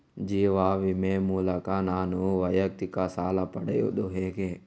ಜೀವ ವಿಮೆ ಮೂಲಕ ನಾನು ವೈಯಕ್ತಿಕ ಸಾಲ ಪಡೆಯುದು ಹೇಗೆ?